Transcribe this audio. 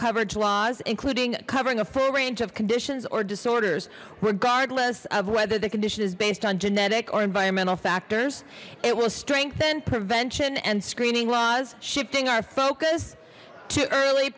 coverage laws including covering a full range of conditions or disorders regardless of whether the condition is based on genetic or environmental factors it will strengthen prevention and screening laws shifting our focus to early